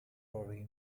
worry